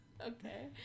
Okay